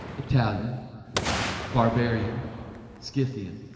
italian barbarian skiff e'en.